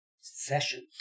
sessions